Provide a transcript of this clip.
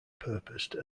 purposed